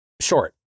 short